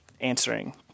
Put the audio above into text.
answering